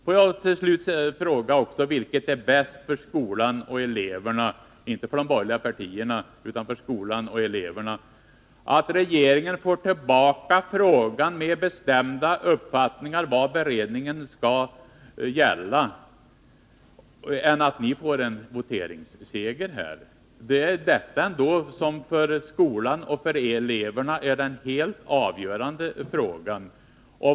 Får jag till slut fråga: Vilket är bäst för skolan och eleverna — inte för de borgerliga partierna — att regeringen får tillbaka frågan med bestämda uppfattningar om vad beredningen skall gälla eller att ni får en voteringsseger här? Det är väl ändå detta som för skolan och eleverna är helt avgörande.